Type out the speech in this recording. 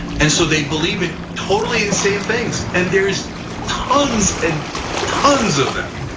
and so they believe in totally insane things. and there's tons and tons of them.